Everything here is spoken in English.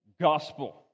Gospel